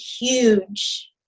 huge